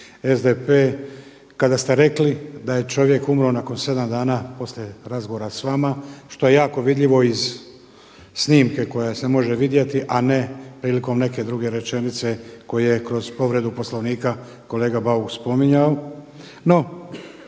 SDP kada ste rekli da je čovjek umro nakon sedam dana poslije razgovora s vama, što je jako vidljivo iz snimke koja se može vidjeti, a prilikom neke druge rečenice koju je kroz povredu Poslovnika kolega Bauk spominjao.